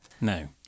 No